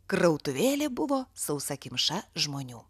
krautuvėlė buvo sausakimša žmonių